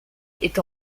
est